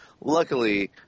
Luckily